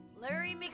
Larry